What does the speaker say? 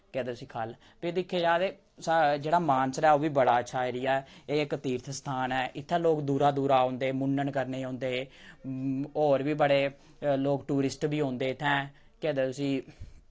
केह् आखदे उसी ख'ल्ल फ्ही दिक्खेआ जा ते सा जेह्ड़ा मानसर ऐ ओह् बी बड़ा अच्छा एरिया ऐ एह् इक तीर्थ स्थान ऐ इत्थै लोक दूरा दूरा औंदे मुन्नन करने गी औंदे होर बी बड़े लोक टूरिस्ट बी औंदे इत्थैं केह् आखदे उसी